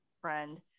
friend